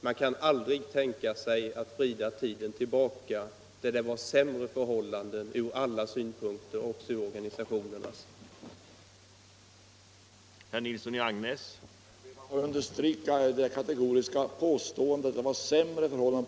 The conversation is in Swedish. Man kan aldrig tänka sig att vrida tiden tillbaka, till sämre förhållanden från alla synpunkter, också för organisationernas del.